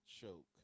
Choke